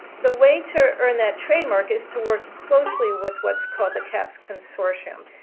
the way to earn that trademark is to work closely with what's called the cahps consortium.